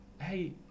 Hey